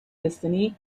destiny